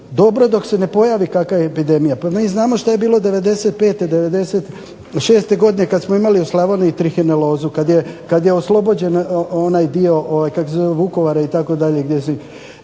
dobro je dok se ne pojavi kakva epidemija. Pa mi znamo šta je bilo '95., '96. godine kad smo imali u Slavoniji trihinelozu, kad je oslobođen onaj dio Vukovara itd. Da nije